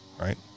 right